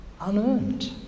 unearned